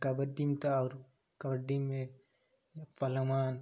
कबड्डीमे तऽ आओर कबड्डीमे पहलमान